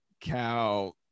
cow